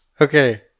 Okay